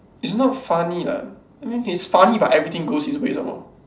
it's not funny lah I mean he's funny but everything goes his way some more